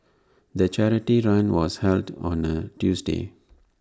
the charity run was held on A Tuesday